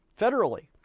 federally